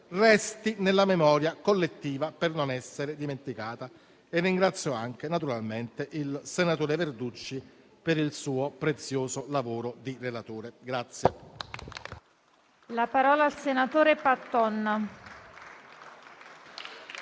resti nella memoria collettiva per non essere dimenticata. Ringrazio altresì il senatore Verducci per il suo prezioso lavoro di relatore.